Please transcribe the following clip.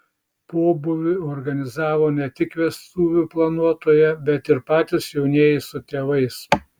pobūvį organizavo ne tik vestuvių planuotoja bet ir patys jaunieji su tėvais